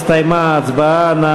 הסתיימה ההצבעה.